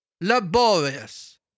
laborious